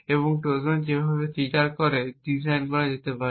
এবং ট্রোজান যেভাবে ট্রিগার করে ডিজাইন করা যেতে পারে